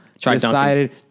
decided